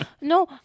No